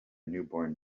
newborn